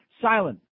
silent